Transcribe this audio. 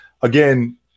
again